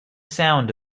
sound